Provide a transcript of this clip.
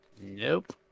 Nope